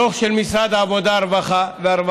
דוח של משרד העבודה והרווחה